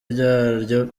ryaryo